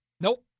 Nope